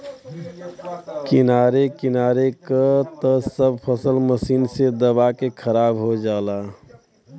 किनारे किनारे क त सब फसल मशीन से दबा के खराब हो जाला